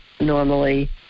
normally